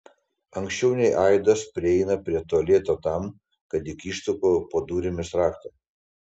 anksčiau nei aidas prieina prie tualeto tam kad įkištų po durimis raktą